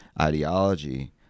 ideology